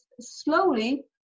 slowly